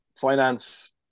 finance